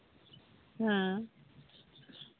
ᱦᱮᱸ